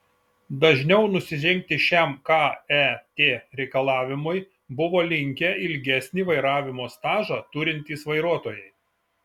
dažniau nusižengti šiam ket reikalavimui buvo linkę ilgesnį vairavimo stažą turintys vairuotojai